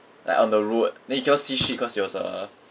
like on the road then you cannot see shit cause it was a